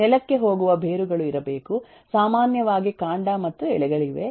ನೆಲಕ್ಕೆ ಹೋಗುವ ಬೇರುಗಳು ಇರಬೇಕು ಸಾಮಾನ್ಯವಾಗಿ ಕಾಂಡ ಮತ್ತು ಎಲೆಗಳಿವೆ